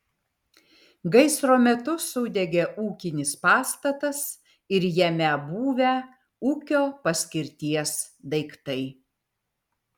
gaisro metu sudegė ūkinis pastatas ir jame buvę ūkio paskirties daiktai